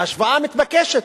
ההשוואה מתבקשת.